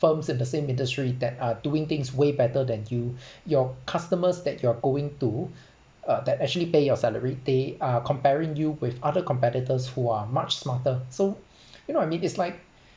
firms in the same industry that are doing things way better than you your customers that you're going to uh that actually pay your salary they are comparing you with other competitors who are much smarter so you know what I mean it's like